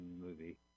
movie